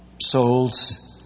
souls